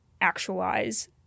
actualize